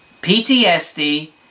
PTSD